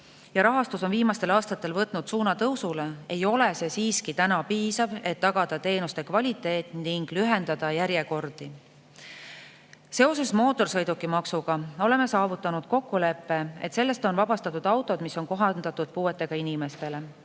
rahastus on viimastel aastatel võtnud suuna tõusule, ei ole see täna siiski piisav, et tagada teenuste kvaliteeti ning lühendada järjekordi. Mootorsõidukimaksu puhul oleme saavutanud kokkuleppe, et sellest on vabastatud autod, mis on kohandatud puuetega inimestele.